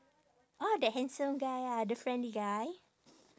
ah that handsome guy ah the friendly guy